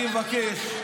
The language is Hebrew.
אני מבקש,